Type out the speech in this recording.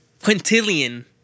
Quintillion